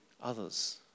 others